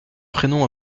prénom